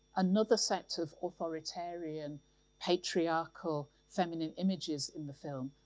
another set of authoritarian patriarchal feminine images in the film.